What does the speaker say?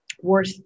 worth